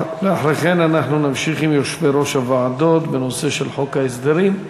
אחרי כן אנחנו נמשיך עם יושבי-ראש הוועדות בנושא של חוק ההסדרים,